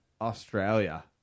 Australia